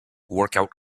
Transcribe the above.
workout